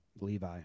Levi